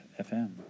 FM